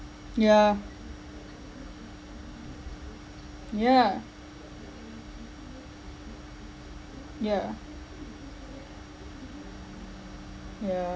yeah yeah yeah yeah